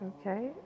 okay